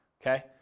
okay